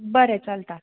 बरे चलता